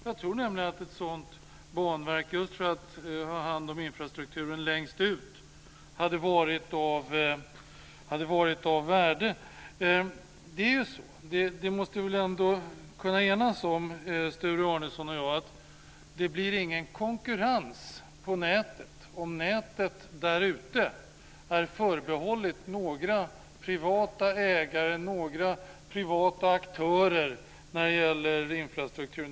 Jag tror nämligen att ett sådant banverk som kan ha hand om infrastrukturen längst ut hade varit av värde. Sture Arnesson och jag måste väl ändå kunna enas om att det inte blir någon konkurrens på nätet om nätet där ute är förbehållet några privata ägare, några privata aktörer, när det gäller infrastrukturen.